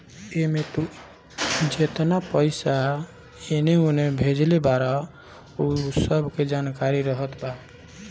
एमे तू जेतना पईसा एने ओने भेजले बारअ उ सब के जानकारी रहत बा